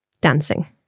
dancing